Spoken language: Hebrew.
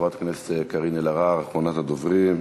חברת הכנסת קארין אלהרר, אחרונת הדוברים.